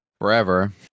Forever